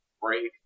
break